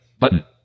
Button